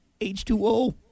H2O